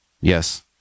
Yes